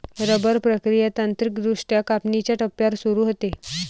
rubber प्रक्रिया तांत्रिकदृष्ट्या कापणीच्या टप्प्यावर सुरू होते